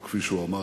או כפי שהוא אמר,